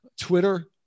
Twitter